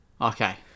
Okay